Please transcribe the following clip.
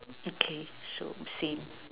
okay so same